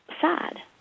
sad